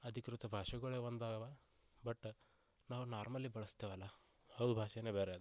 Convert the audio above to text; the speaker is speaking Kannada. ಅಧಿಕೃತ ಭಾಷೆಗಳೇ ಒಂದವ ಬಟ್ ನಾವು ನಾರ್ಮಲಿ ಬಳಸ್ತೇವಲ್ಲ ಅವು ಭಾಷೇ ಬೇರೆ ಅದ ರೀ